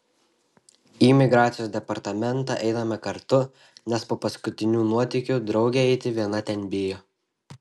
į migracijos departamentą einame kartu nes po paskutinių nuotykių draugė eiti viena ten bijo